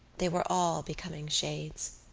they were all becoming shades.